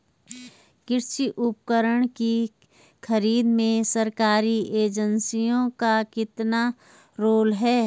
कृषि उपकरण की खरीद में सरकारी एजेंसियों का कितना रोल है?